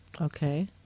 Okay